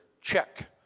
check